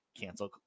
cancel